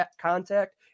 contact